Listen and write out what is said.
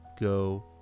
go